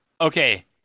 Okay